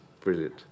Brilliant